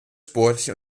sportlich